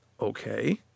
Okay